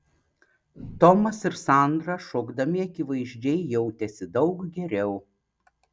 tomas ir sandra šokdami akivaizdžiai jautėsi daug geriau